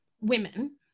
women